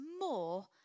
more